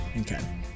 Okay